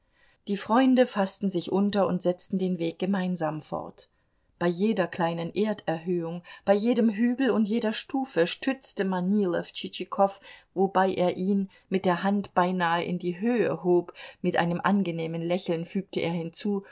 die freunde faßten sich unter und setzten den weg gemeinsam fort bei jeder kleinen erderhöhung bei jedem hügel und jeder stufe stützte manilow tschitschikow wobei er ihn mit der hand beinahe in die höhe hob mit einem angenehmen lächeln fügte er hinzu